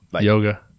Yoga